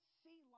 see